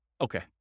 Okay